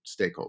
stakeholders